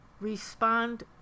Respond